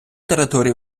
території